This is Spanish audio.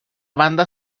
banda